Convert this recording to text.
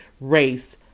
race